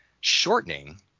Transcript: shortening